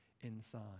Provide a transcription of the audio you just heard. inside